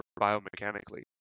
biomechanically